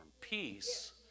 Peace